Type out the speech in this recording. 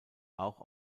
auch